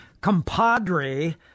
compadre